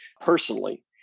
personally